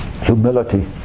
Humility